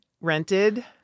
rented